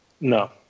No